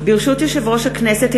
ברשות יושב-ראש הכנסת,